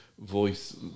Voice